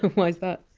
why is that?